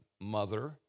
mother